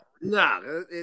no